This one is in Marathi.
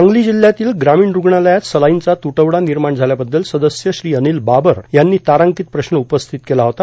सांगली जिल्हयातील ग्रामीण रूग्णालयात सलाईनचा तुटवडा निर्माण झाल्याबद्दल सदस्य श्री अनिल बाबर यांनी तारांकीत प्रश्न उपस्थित केला होता